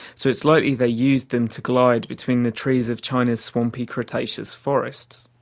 so it's likely they used them to glide between the trees of china's swampy cretaceous forests.